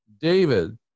David